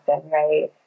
right